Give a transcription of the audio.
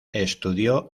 estudió